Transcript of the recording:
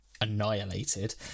annihilated